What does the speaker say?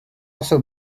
also